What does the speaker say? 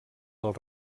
del